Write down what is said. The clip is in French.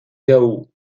gao